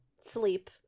sleep